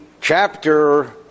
Chapter